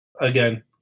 again